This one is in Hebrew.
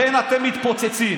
לכן אתם מתפוצצים.